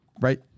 Right